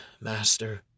master